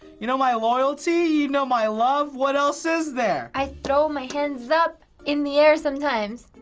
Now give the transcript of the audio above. you know my loyalty, you know my love. what else is there? i throw my hands up in the air sometimes.